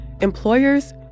employers